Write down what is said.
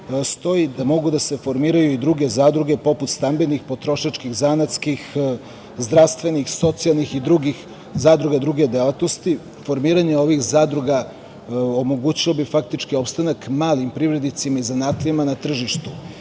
stoji da mogu da se formiraju i druge zadruge poput stambenih, potrošačkih, zanatskih, zdravstvenih, socijalnih i drugih zadruga, druge delatnosti. Formiranje ovih zadruga omogućilo bi faktički opstanak malim privrednicima i zanatlijama na tržištu. Pre